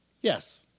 Yes